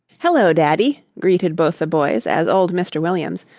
hello, daddy, greeted both the boys, as old mr. williams,